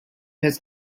has